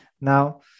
Now